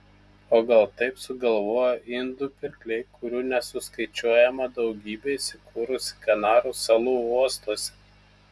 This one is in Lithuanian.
o gal taip sugalvojo indų pirkliai kurių nesuskaičiuojama daugybė įsikūrusi kanarų salų uostuose